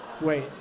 Wait